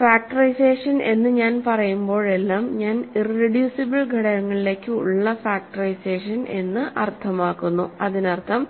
factorisation എന്ന് ഞാൻ പറയുമ്പോഴെല്ലാം ഞാൻ ഇറെഡ്യൂസിബിൾ ഘടകങ്ങളിലേക്ക് ഉള്ള ഫാക്ടറൈസേഷൻ എന്ന് അർത്ഥമാക്കുന്നു അതിനർത്ഥം